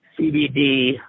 CBD